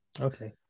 okay